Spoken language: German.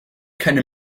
keine